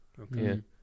Okay